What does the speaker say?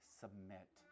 submit